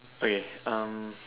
okay um